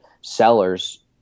sellers